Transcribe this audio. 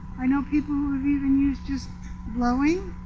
i know people who have even used just blowing,